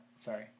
Sorry